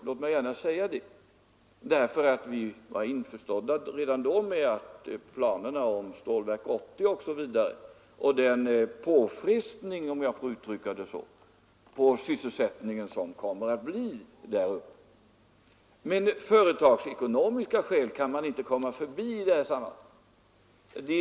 Vi var nämligen redan då informerade om planerna på Stålverk 80 och den ”påfrestning” på sysselsättningen som detta skulle komma att innebära. Men företagsekonomiska skäl kan man inte komma förbi i det här sammanhanget.